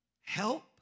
help